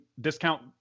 Discount